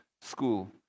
school